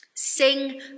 Sing